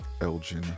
Elgin